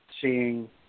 seeing